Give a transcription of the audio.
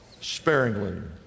Sparingly